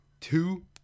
two